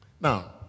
Now